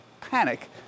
panic